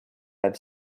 have